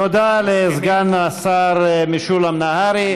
תודה לסגן השר משולם נהרי.